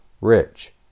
rich